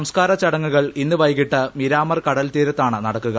സംസ്കാര ചടങ്ങുകൾ ഇന്ന് വൈകിട്ട് മിരാമർ കടൽത്തീരത്താണ് നടക്കുക